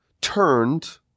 turned